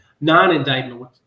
non-indictment